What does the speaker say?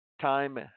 time